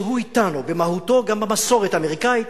שהוא אתנו במהותו, גם במסורת האמריקנית,